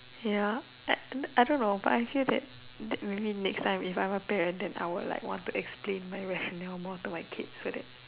ya I don't know but I feel that that maybe next time if I'm a parent then I will like want to explain my rationale more to my kids so that